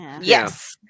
Yes